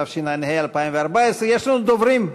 התשע"ה 2014. יש לנו דוברים.